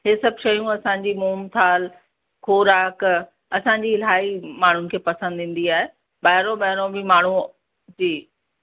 इहे सभु शयूं असांजी मोहनथाल ख़ोराक असांजी इलाही माण्हुनि खे पसंदि ईंदी आहे ॿाहिरां ॿाहिरों बि माण्हूअ जी